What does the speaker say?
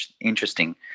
interesting